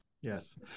Yes